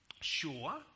Sure